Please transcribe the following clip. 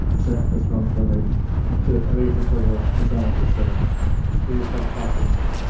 zach disruptive i made to. i think it's important with miss allen. just said cause it's that top line